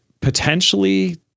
Potentially